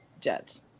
Jets